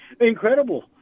incredible